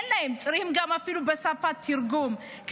אין להם, צריכים אפילו תרגום לשפה.